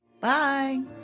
Bye